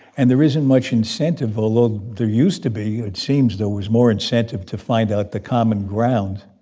and there isn't much incentive although there used to be or it seems there was more incentive to find out the common ground,